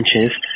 inches